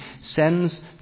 sends